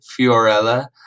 Fiorella